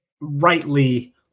rightly